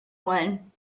one